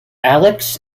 alex